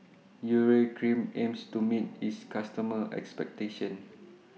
Urea Cream aims to meet its customers' expectations